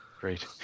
Great